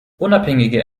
unabhängige